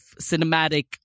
cinematic